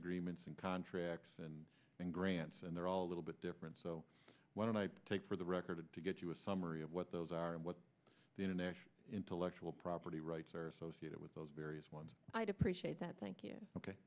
agreements and contracts and grants and they're all a little bit different so when i take for the record to get you a summary of what those are and what the international intellectual property rights are associated with those various ones i'd appreciate that thank